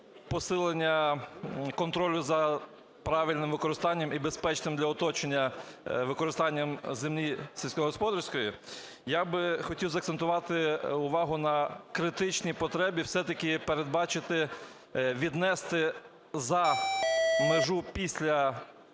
посилення контролю за правильним використанням і безпечним для оточення використанням землі сільськогосподарської, я би хотів закцентувати увагу на критичній потребі все-таки передбачити віднести за межу після